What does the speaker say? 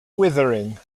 withering